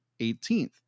18th